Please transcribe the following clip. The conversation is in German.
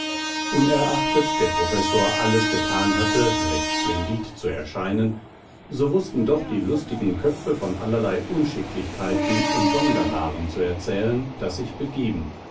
unerachtet der professor alles getan hatte recht splendid zu erscheinen so wußten doch die lustigen köpfe von allerlei unschicklichem und sonderbarem zu erzählen das sich begeben